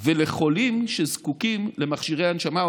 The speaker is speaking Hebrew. ולחולים שזקוקים למכשירי הנשמה או